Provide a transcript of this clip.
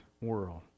world